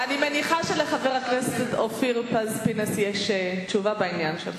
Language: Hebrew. אני מניחה שלחבר הכנסת פז-פינס יש תשובה בעניין שלך.